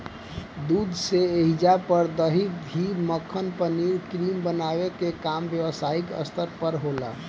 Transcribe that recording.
दूध से ऐइजा पर दही, घीव, मक्खन, पनीर, क्रीम बनावे के काम व्यवसायिक स्तर पर होला